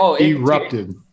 erupted